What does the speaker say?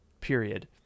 period